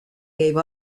gave